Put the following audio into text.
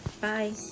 Bye